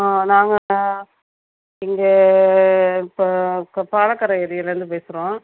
ஆ நாங்கள் இங்கே இப்போ பாலக்கரை ஏரியாலேருந்து பேசுகிறோம்